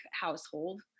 household